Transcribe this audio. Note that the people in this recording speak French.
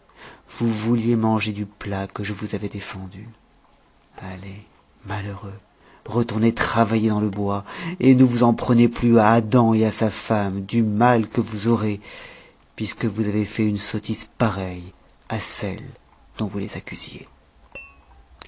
vous vouliez manger du plat que je vous avais défendu allez malheureux retournez travailler dans le bois et ne vous en prenez plus à adam et à sa femme du mal que vous aurez puisque vous avez fait une sottise pareille à celle dont vous les accusiez